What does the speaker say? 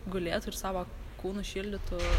gulėtų ir savo kūnu šildytų